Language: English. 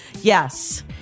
Yes